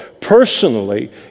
personally